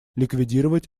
ликвидировать